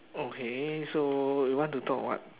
okay so you want to talk what